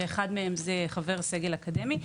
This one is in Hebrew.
שאחד מהם זה חבר סגל אקדמי,